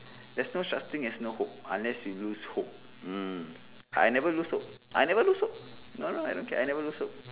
that's no such thing as no hope unless you lose hope mm I never lose hope I never lose hope no no I don't care I never lose hope